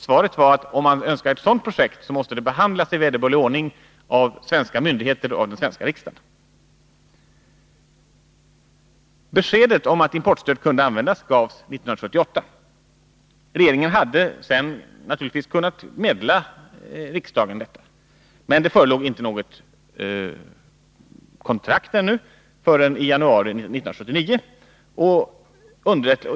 Svaret var att om man önskade ett sådant projekt, måste frågan behandlas i vederbörlig ordning av svenska myndigheter och den svenska riksdagen. Beskedet om att importstöd kunde användas gavs 1978. Regeringen hade sedan naturligtvis kunnat meddela riksdagen detta. Men något kontrakt förelåg inte förrän i januari 1979.